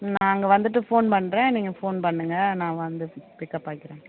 நான் அங்கே வந்துட்டு ஃபோன் பண்ணுறேன் நீங்கள் ஃபோன் பண்ணுங்க நான் வந்து பிக்கப் ஆகிக்கிறேன்